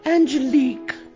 Angelique